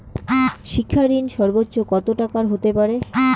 শিক্ষা ঋণ সর্বোচ্চ কত টাকার হতে পারে?